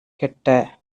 கெட்ட